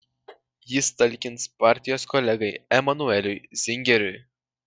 jis talkins partijos kolegai emanueliui zingeriui